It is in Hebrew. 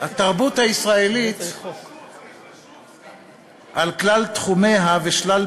התרבות הישראלית על כלל תחומיה ושלל